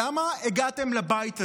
למה הגעתם לבית הזה?